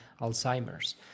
Alzheimer's